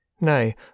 Nay